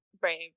brave